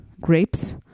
Grapes